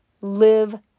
live